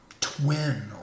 twin